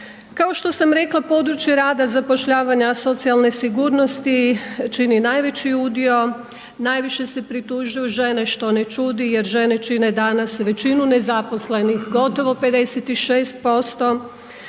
Kao što sam rekla, područje rada, zapošljavanja, socijalne sigurnosti čini najveći udio, najviše se pritužuju žene, što ne čudi jer žene čine danas većinu nezaposlenih, gotovo 56%.